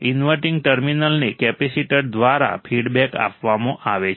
inverting ટર્મિનલને capacitor દ્વારા feedback આપવામાં આવે છે